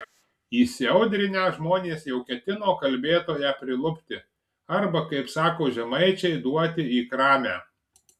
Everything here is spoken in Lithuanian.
įsiaudrinę žmonės jau ketino kalbėtoją prilupti arba kaip sako žemaičiai duoti į kramę